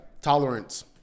tolerance